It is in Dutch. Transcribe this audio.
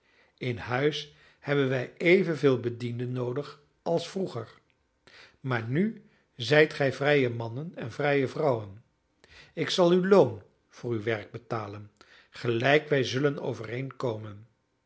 in huis hebben wij evenveel bedienden noodig als vroeger maar nu zijt gij vrije mannen en vrije vrouwen ik zal u loon voor uw werk betalen gelijk wij zullen overeenkomen